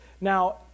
now